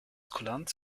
kulanz